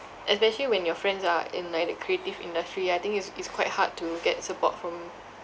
especially when your friends are in like the creative industry I think it's it's quite hard to get support from